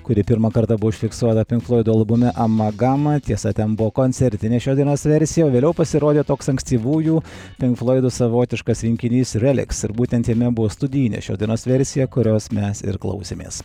kuri pirmą kartą buvo užfiksuota pinkfloido albume amagama tiesa ten buvo koncertinė šios dainos versija o vėliau pasirodė toks ankstyvųjų pinkfloidų savotiškas rinkinys reliks ir būtent jame buvo studijinė šios dainos versija kurios mes ir klausėmės